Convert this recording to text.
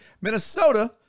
Minnesota